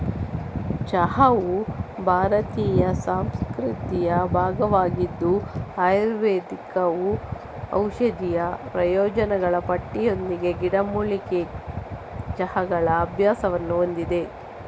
ಚಹಾವು ಭಾರತೀಯ ಸಂಸ್ಕೃತಿಯ ಭಾಗವಾಗಿದ್ದು ಆಯುರ್ವೇದವು ಔಷಧೀಯ ಪ್ರಯೋಜನಗಳ ಪಟ್ಟಿಯೊಂದಿಗೆ ಗಿಡಮೂಲಿಕೆ ಚಹಾಗಳ ಅಭ್ಯಾಸವನ್ನು ಹೊಂದಿದೆ